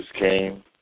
came